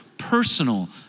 personal